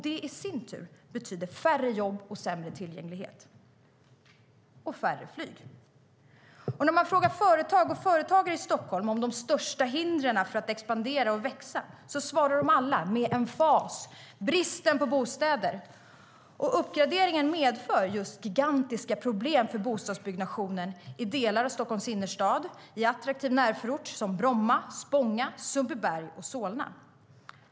Det i sin tur betyder färre jobb, sämre tillgänglighet och färre flyg. När man frågar företag och företagare i Stockholm om de största hindren mot att expandera och växa svarar de alla med emfas: Bristen på bostäder. Uppgraderingen medför just gigantiska problem för bostadsbyggnationen i delar av Stockholms innerstad, i attraktiv närförort som Bromma, Spånga, Sundbyberg och Solna.